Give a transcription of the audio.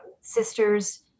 sisters